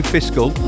Fiscal